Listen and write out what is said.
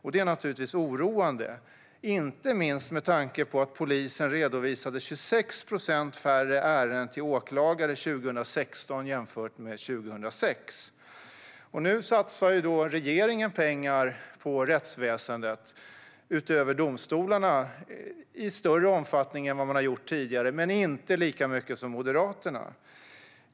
Detta är naturligtvis oroande, inte minst med tanke på att polisen redovisade 26 procent färre ärenden till åklagare 2016 jämfört med 2006. Nu satsar regeringen pengar på rättsväsendet utöver domstolarna i större omfattning än vad man har gjort tidigare, men man satsar inte lika mycket som Moderaterna.